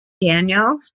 Daniel